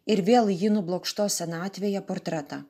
ir vėl į jį nublokštos senatvėje portretą